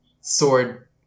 sword